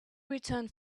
returned